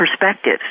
perspectives